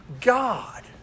God